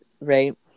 right